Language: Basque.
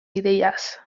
ideiaz